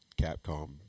Capcom